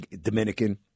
Dominican